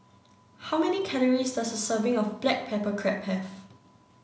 how many calories does a serving of black pepper crab have